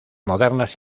modernas